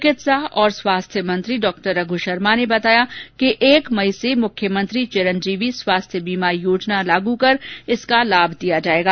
चिकित्सा और स्वास्थ्य मंत्री डॉ रघ् शर्मा ने बताया कि एक मई से मुख्यमंत्री चिरंजीवी स्वास्थ्य बीमा योजना लागू कर इसका लाभ दिया जायेगा